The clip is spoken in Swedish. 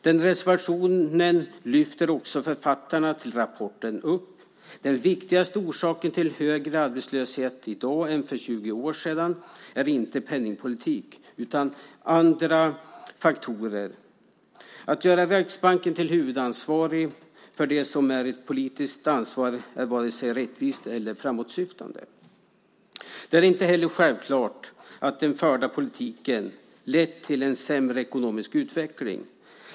Den reservationen gör också författarna till rapporten. Den viktigaste orsaken till att vi har högre arbetslöshet i dag än för 20 år sedan är inte penningpolitik utan andra faktorer. Att göra Riksbanken till huvudansvarig för det som är ett politiskt ansvar är vare sig rättvist eller framåtsyftande. Det är inte heller självklart att den förda politiken har lett till en sämre ekonomisk utveckling.